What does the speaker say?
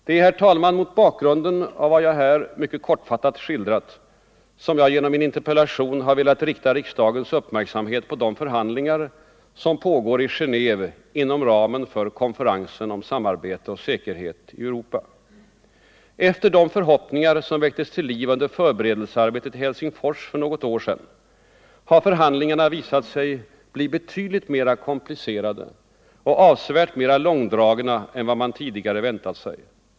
Det är, herr talman, mot bakgrunden av vad jag här mycket kortfattat skildrat som jag genom min interpellation har velat rikta riksdagens uppmärksamhet på de förhandlingar som pågår i Genéve inom ramen för konferensen om samarbete och säkerhet i Europa. Efter de förhoppningar som väcktes till liv under förberedelsearbetet i Helsingfors för något år sedan, har förhandlingarna visat sig bli betydligt mera komplicerade och avsevärt mera långdragna än vad man tidigare väntat sig.